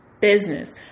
business